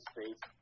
States